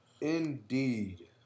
Indeed